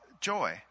joy